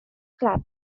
club